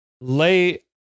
lay